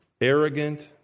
arrogant